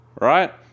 Right